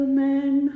men